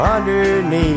Underneath